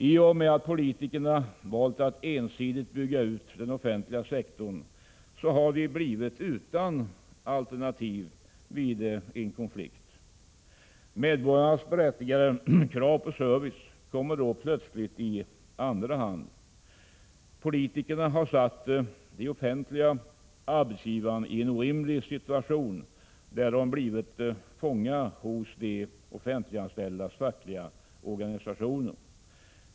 I och med att politikerna valt att ensidigt bygga ut den offentliga sektorn, har man blivit utan alternativ vid en konflikt. Medborgarnas berättigade krav på service kommer då plötsligt i andra hand. Politikerna har satt de offentliga arbetsgivarna i en orimlig situation, där de blivit fångar hos de offentliganställdas fackliga organisationer.